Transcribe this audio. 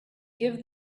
give